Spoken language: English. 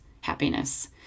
happiness